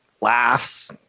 laughs